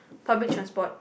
public transport